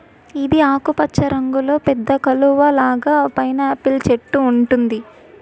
ఇది ఆకుపచ్చ రంగులో పెద్ద కలువ లాగా పైనాపిల్ చెట్టు ఉంటుంది